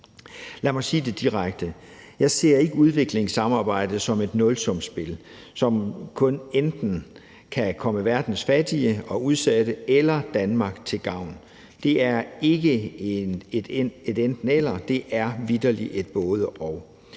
Lad mig sige det direkte: Jeg ser ikke udviklingssamarbejdet som et nulsumsspil, som kun enten kan komme verdens fattige og udsatte eller Danmark til gavn. Det er ikke et enten-eller – det er vitterlig et både-og,